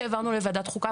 שהעברנו לוועדת החוקה,